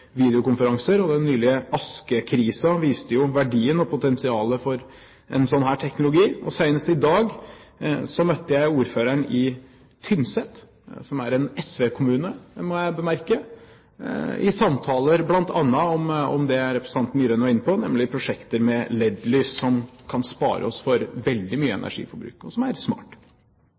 videokonferanser. Den nylige askekrisen viste jo verdien av og potensialet for en slik teknologi. Senest i dag møtte jeg ordføreren i Tynset – som er en SV-kommune, må jeg bemerke – i samtaler bl.a. om det representanten Myraune var inne på, nemlig prosjekter med LED-lys, som kan spare oss for veldig mye energiforbruk, og som er smart.